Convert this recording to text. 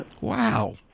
Wow